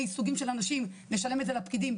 סוגים של אנשים ולשלם את זה לפקידים,